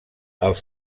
els